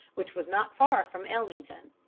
which was not far from ellmington.